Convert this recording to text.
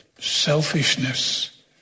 Selfishness